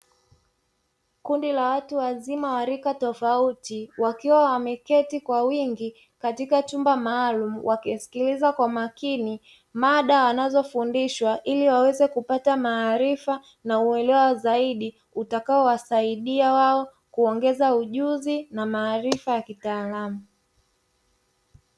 Kundi la watu wazima wa rika tofauti wakiwa wameketi kwa wingi katika chumba maalumu wakimsikiliza kwa makini mada wanazofundishwa, ili waweze kupata maarifa na uelewa zaidi utakaowasaidia wao kuongeza ujuzi na maarifa ya kitaalamu.